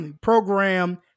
program